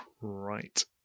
Right